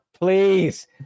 please